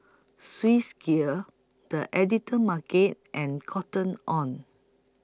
Swissgear The Editor's Market and Cotton on